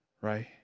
Right